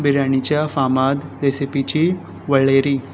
बिरयाणीच्या फामाद रेसिपीची वळेरी